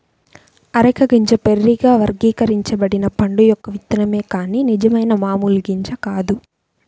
areca గింజ బెర్రీగా వర్గీకరించబడిన పండు యొక్క విత్తనమే కాని నిజమైన మామూలు గింజ కాదు